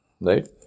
Right